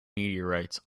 meteorites